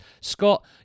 scott